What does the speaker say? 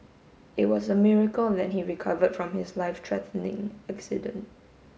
it was a miracle that he recovered from his life threatening accident